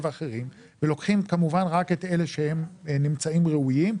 ואחרים ולוקחים כמובן רק את אלה שנמצאים ראויים,